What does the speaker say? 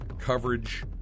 coverage